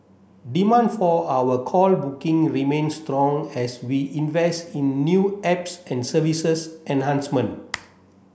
demand for our call booking remains strong as we invest in new apps and services enhancement